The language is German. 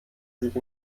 sich